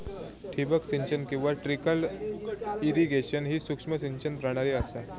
ठिबक सिंचन किंवा ट्रिकल इरिगेशन ही सूक्ष्म सिंचन प्रणाली असा